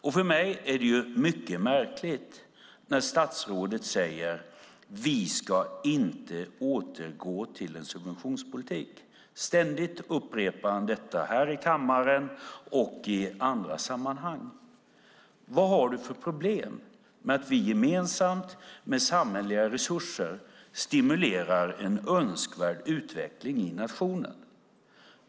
Jag tycker att det är mycket märkligt att statsrådet säger att vi inte ska återgå till en subventionspolitik. Ständigt upprepar han det här i kammaren och i andra sammanhang. Vad har du för problem med att vi gemensamt med samhälleliga resurser stimulerar en önskvärd utveckling i nationen, Stefan Attefall?